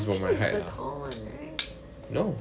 梁训 is the tall one right